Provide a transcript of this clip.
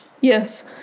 Yes